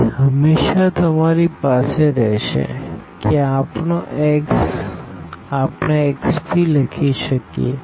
તેથી હંમેશા તમારી પાસે રહેશે કે આ આપણો x આપણે xp લખી શકીએ